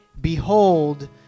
Behold